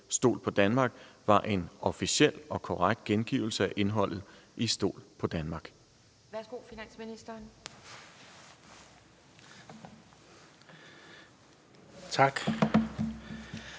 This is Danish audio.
»Stol på Danmark«, var en officiel og korrekt gengivelse af indholdet i »Stol på Danmark«? Kl. 13:01 Formanden (Pia